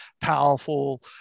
powerful